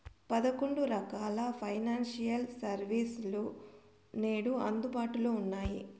పదకొండు రకాల financial service లు నేడు అందుబాటులో ఉన్నాయి